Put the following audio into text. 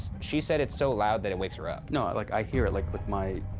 she said it's so loud that it wakes her up. no, like, i hear it like with my